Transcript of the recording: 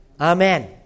Amen